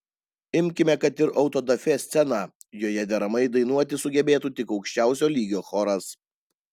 imkime kad ir autodafė sceną joje deramai dainuoti sugebėtų tik aukščiausio lygio choras